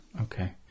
okay